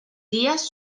guies